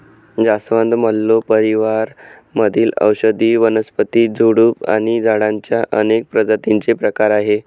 जास्वंद, मल्लो परिवार मधील औषधी वनस्पती, झुडूप आणि झाडांच्या अनेक प्रजातींचे प्रकार आहे